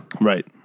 right